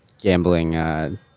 gambling